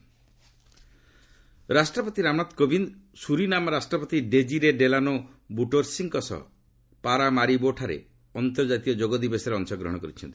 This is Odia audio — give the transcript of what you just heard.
ପ୍ରେକ୍ ଯୋଗ ରାଷ୍ଟ୍ରପତି ରାମନାଥ କୋବିନ୍ଦ ସୁରିନାମ ରାଷ୍ଟ୍ରପତି ଡେଜିରେ ଡେଲାନୋ ବୁଟୋରସିଙ୍କ ସହ ପାରାମାରିବୋଠାରେ ଅନ୍ତର୍ଜାତୀୟ ଯୋଗ ଦିବସରେ ଅଂଶଗ୍ରହଣ କରିଛନ୍ତି